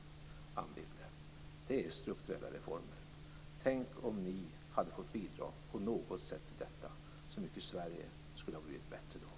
Anne Wibble, detta är strukturella reformer. Tänk om ni på något sätt hade fått bidra till detta, så mycket bättre Sverige skulle ha blivit då.